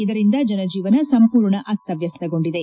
ಇದರಿಂದ ಜನಜೀವನ ಸಂಪೂರ್ಣ ಅಸ್ತವ್ಯಸ್ತಗೊಂಡಿದೆ